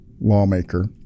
lawmaker